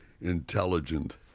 intelligent